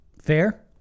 Fair